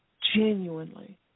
genuinely